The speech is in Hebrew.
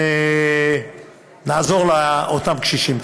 נעזור לאותם קשישים.